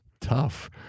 tough